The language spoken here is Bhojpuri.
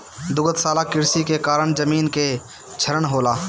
दुग्धशाला कृषि के कारण जमीन कअ क्षरण होला